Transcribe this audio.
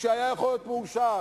שהיה יכול להיות מאושר,